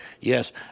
Yes